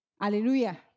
Hallelujah